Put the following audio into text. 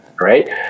right